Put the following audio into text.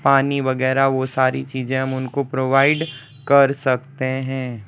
पानी वगैरह वो सारी चीज़ें हम उनको प्रोवाइड कर सकते हैं